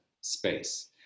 space